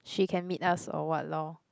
she can meet us or what lor